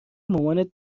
مامانت